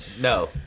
No